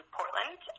Portland